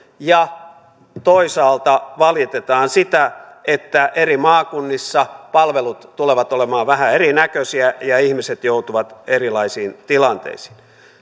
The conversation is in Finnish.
ja toisaalta valitetaan sitä että eri maakunnissa palvelut tulevat olemaan vähän erinäköisiä ja ihmiset joutuvat erilaisiin tilanteisiin